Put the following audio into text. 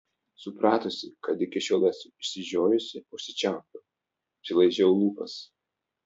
supratusi kad iki šiol esu išsižiojusi užsičiaupiau apsilaižiau lūpas